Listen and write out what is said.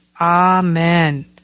Amen